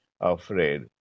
afraid